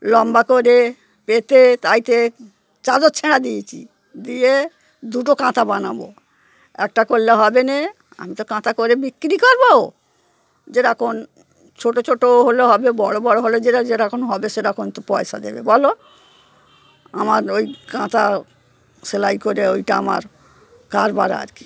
লম্বা করে পেতে তাইতে চাদর ছেঁড়া দিয়েছি দিয়ে দুটো কাঁথা বানাবো একটা করলে হবে না আমি তো কাঁথা করে বিক্রি করবো যেরকম ছোটো ছোটো হলে হবে বড়ো বড়ো হলে যেটা যেরকম হবে সেটা সেরকম তো পয়সা দেবে বলো আমার ওই কাঁথা সেলাই করে ওইটা আমার কারবার আর কি